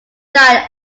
died